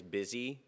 busy